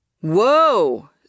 Whoa